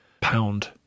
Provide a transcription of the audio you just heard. pound